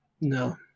no